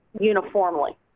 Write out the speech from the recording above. uniformly